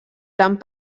tant